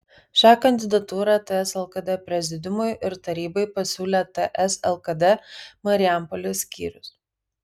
šią kandidatūrą ts lkd prezidiumui ir tarybai pasiūlė ts lkd marijampolės skyrius